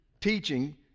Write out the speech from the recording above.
teaching